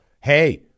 hey